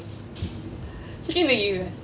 face switching to you